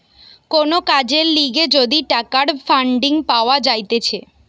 কোন কাজের লিগে যদি টাকার ফান্ডিং পাওয়া যাইতেছে